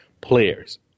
players